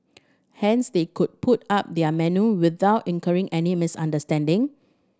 hence they could put up their menu without incurring any misunderstanding